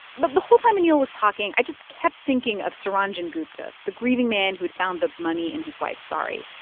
but the whole time anil was talking, i just kept thinking of suranjan gupta, the grieving man who had found the money in his wife's sari.